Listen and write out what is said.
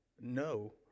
no